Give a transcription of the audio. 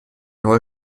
neue